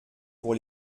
pour